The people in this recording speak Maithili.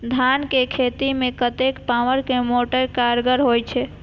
धान के खेती में कतेक पावर के मोटर कारगर होई छै?